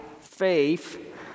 faith